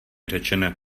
řečeno